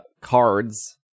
cards